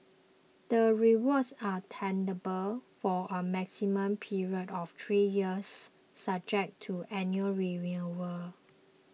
the rewards are tenable for a maximum period of three years subject to annual renewal